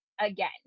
Again